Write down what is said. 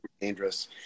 dangerous